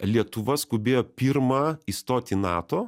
lietuva skubėjo pirma įstoti į nato